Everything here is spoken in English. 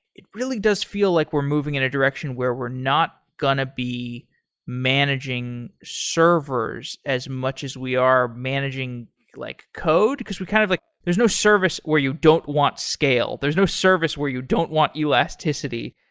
it really does feel like we're moving in a direction where we're not going to be managing servers as much as we are managing like code, brcause we kind of like there's no service where you don't want scale. there's no service where you don't want elasticity.